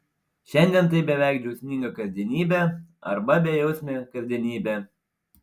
šiandien tai beveik džiaugsminga kasdienybė arba bejausmė kasdienybė